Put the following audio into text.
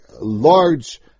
large